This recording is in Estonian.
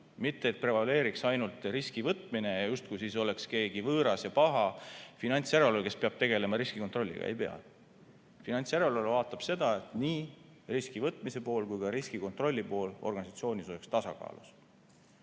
mitte et prevaleeriks ainult riskivõtmine ja justkui siis oleks keegi võõras ja paha finantsjärelevalvaja, kes peab tegelema riskikontrolliga. Ei pea! Finantsjärelevalve vaatab seda, et riskivõtmise pool ja riskikontrolli pool organisatsioonis oleks tasakaalus.